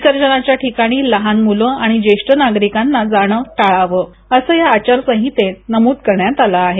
विसर्जनाच्या ठिकाणी लहान मुलं आणि ज्येष्ठ नागरिकांनी जाणं टाळावं असं या आचारसंहितेत नमूद करण्यात आलं आहे